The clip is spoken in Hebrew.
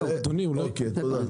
תודה.